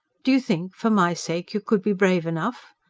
do you think, for my sake, you could be brave enough?